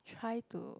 try to